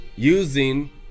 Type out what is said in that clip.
using